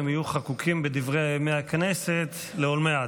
הם יהיו חקוקים בדברי ימי הכנסת לעולמי עד.